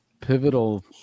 pivotal